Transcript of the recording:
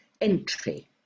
entry